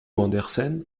andersen